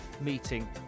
meeting